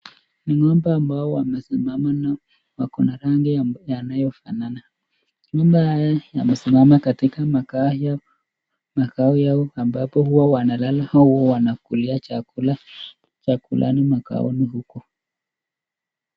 Ng'ombe ambao wamesimama na wako na rangi yanayofanana. Ng'ombe haya yamesimama katika makao yao ambapo huwa wanalala au huwa wanakulia chakula, chakulani makaoni huku.